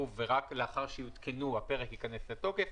ורק לאחר שהן יותקנו הפרק ייכנס לתוקף,